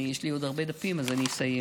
יש לי עוד הרבה דפים, אבל אני אסיים.